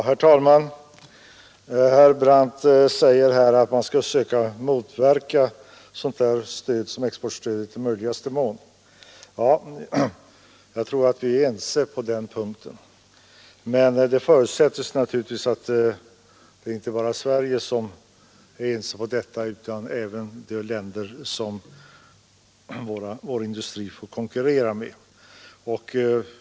Herr talman! Herr Brandt säger att man i möjligaste mån skall söka motverka exportkreditstödet. Jag tror att vi är ense på den punkten, men det förutsättes naturligtvis att detta gäller inte bara Sverige utan även sådana länder som vår industri måste konkurrera med.